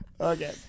Okay